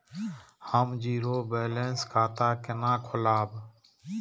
हम zero balance खाता केना खोलाब?